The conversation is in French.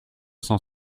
cent